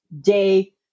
day